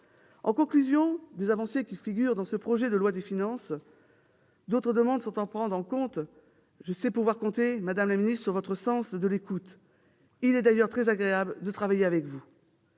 En conclusion, des avancées figurent dans ce projet de loi de finances. D'autres demandes sont à prendre en compte. Je sais pouvoir compter, madame la secrétaire d'État, sur votre sens de l'écoute-il est d'ailleurs très agréable de travailler avec vous.